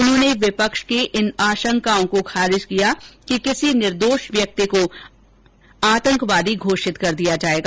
उन्होंने विपक्ष की इन आशंकाओं को खारिज किया कि किसी निर्दोष व्यक्ति को आतंकवादी घोषित कर दिया जायेगा